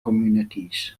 communities